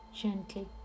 Gently